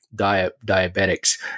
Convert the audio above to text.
diabetics